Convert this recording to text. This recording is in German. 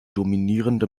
dominierende